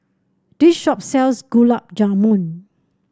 this shop sells Gulab Jamun